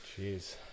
jeez